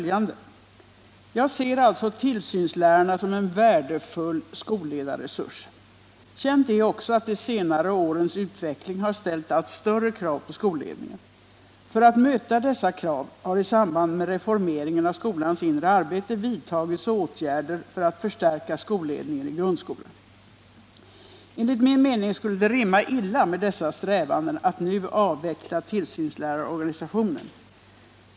”Jag ser alltså tillsynslärarna som en värdefull skolledarresurs. Känt är också att de senare årens utveckling har ställt allt större krav på skolledningen. För att möta dessa krav har i samband med reformeringen av skolans inre arbete vidtagits åtgärder för att förstärka skolledningen i grundskolan. Enligt min mening skulle det rimma illa med dessa strävanden att nu avveckla tillsynslärarorganisationen.